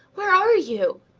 where are you?